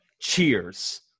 cheers